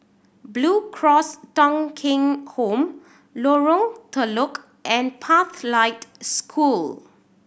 Blue Cross Thong Kheng Home Lorong Telok and Pathlight School